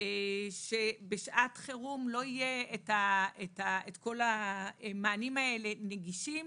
שבשעת חירום לא יהיו כל המענים האלה נגישים